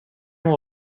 will